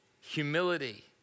Humility